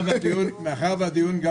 מאחר והדיון פה